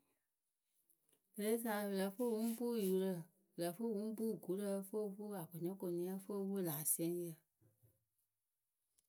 Kɨresaa pɨ lǝ́ǝ fɨ pɨ ŋ puu yurǝ pɨ lǝ́ǝ fɨ pɨ ŋ puu gurǝ ǝ fɨ o puu lä akʊnɩkʊnɩ ǝ fɨ o puu lä asiɛŋyǝ.